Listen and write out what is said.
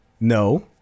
No